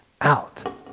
out